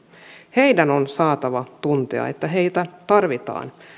heidän on saatava tuntea että heitä tarvitaan